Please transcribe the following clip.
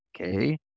Okay